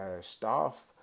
staff